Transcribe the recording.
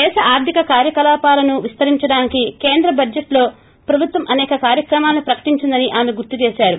దేశ ఆర్ధిక కార్యకలాపాలను విస్తరించడానికి కేంద్ర బడ్జెట్లో ప్రభుత్వం అసేక కార్యక్రమాలను ప్రకటించిందని ఆమె గుర్తు చేసారు